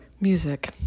music